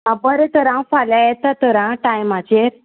आं बरें तर हांव फाल्यां येता तर आं टायमाचेर